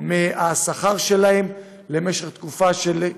מהשכר שלהם למשך תקופה של,